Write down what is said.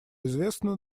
известно